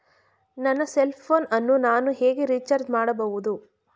ನನ್ನ cell phone ಅನ್ನು ನಾನು ಹೇಗೆ ರಿಚಾರ್ಜ್ ಮಾಡಬಹುದು?